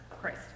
Christ